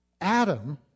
Adam